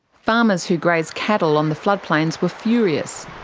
farmers who graze cattle on the floodplains were furious.